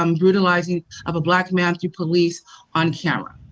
um brutalizing of a black man through police on camera?